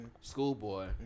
Schoolboy